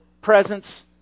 presence